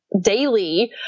daily